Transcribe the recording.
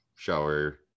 shower